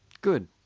Good